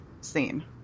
scene